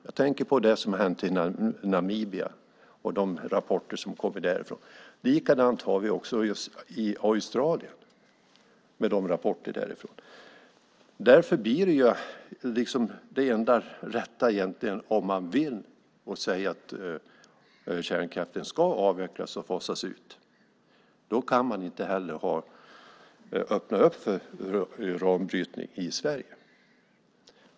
Jag tänker på det som har hänt i Namibia och på de rapporter som kommer därifrån. Det är likadant med Australien och de rapporter som kommer därifrån. Därför blir det enda rätta egentligen, om man vill, att säga att kärnkraften ska avvecklas och fasas ut. Då kan man inte heller öppna för uranbrytning i Sverige.